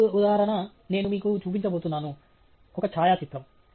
తదుపరి ఉదాహరణ నేను మీకు చూపించబోతున్నాను ఒక ఛాయాచిత్రం